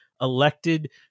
elected